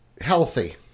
healthy